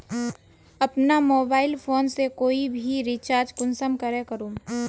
अपना mobile phone से कोई भी रिचार्ज कुंसम करे करूम?